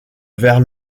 vers